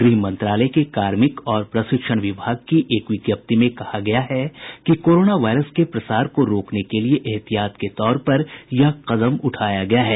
गृह मंत्रालय के कार्मिक और प्रशिक्षण विभाग की एक विज्ञप्ति में कहा गया है कि कोरोना वायरस के प्रसार को रोकने के लिए एहतियात के तौर पर यह कदम उठाया गया है